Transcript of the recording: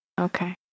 Okay